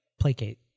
placate